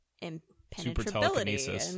impenetrability